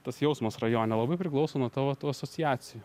tas jausmas rajone labai priklauso nuo tavo tų asociacijų